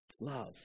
Love